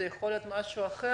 זה יכול להיות משהו אחר